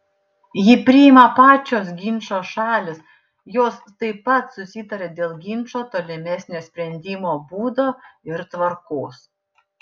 jį priima pačios ginčo šalys jos taip pat susitaria dėl ginčo tolimesnio sprendimo būdo ir tvarkos